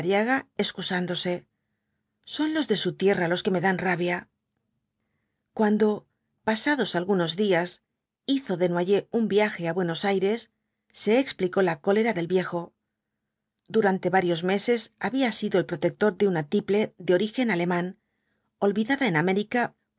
excusándose son los de su tierra los que me dan rabia cuando pasados algunos días hizo desnoyers un viaje á buenos aires se explicó la cólera del viejo durante varios meses había sido el protector de una tiple de origen alemán olvidada en américa